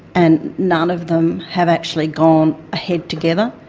and none of them have actually gone ahead together.